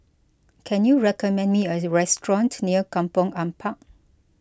can you recommend me a restaurant near Kampong Ampat